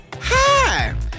Hi